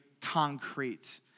concrete